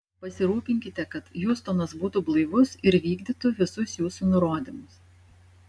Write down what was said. pasirūpinkite kad hiustonas būtų blaivus ir vykdytų visus jūsų nurodymus